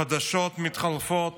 חדשות מתחלפות